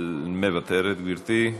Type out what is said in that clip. מוותרת, גברתי.